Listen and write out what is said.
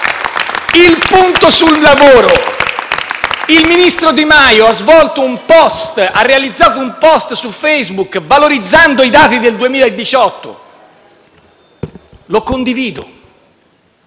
Il punto sul lavoro: il ministro Di Maio ha realizzato un *post* su Facebook, valorizzando i dati del 2018. Lo condivido